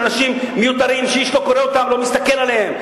אנשים שאיש לא קורא אותם ולא מסתכל עליהם.